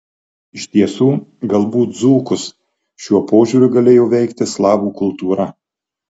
iš tiesų galbūt dzūkus šiuo požiūriu galėjo veikti slavų kultūra